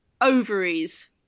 ovaries